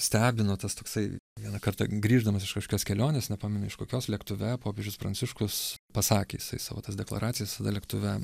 stebino tas toksai vieną kartą grįždamas iš kažkokios kelionės nepamenu iš kokios lėktuve popiežius pranciškus pasakė jisai savo tas deklaracijas tada lėktuve